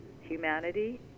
humanity